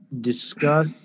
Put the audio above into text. discuss